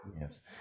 Yes